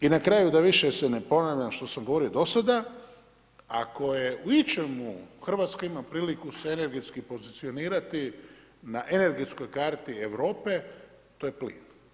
I na kraju da više se ne ponavljam što sam govorio do sada, a ako u ičemu Hrvatska ima priliku se energetski pozicionirati na energetskoj karti Europi to je plin.